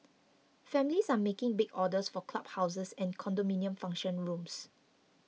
families are making big orders for club houses and condominium function rooms